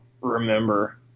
remember